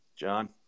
John